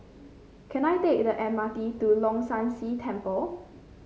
can I take the M R T to Leong San See Temple